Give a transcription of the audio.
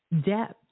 depth